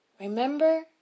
remember